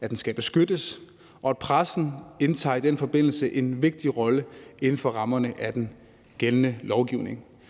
at den skal beskyttes, og at pressen i den forbindelse indtager en vigtig rolle inden for rammerne af den gældende lovgivning.